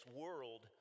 world